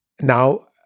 now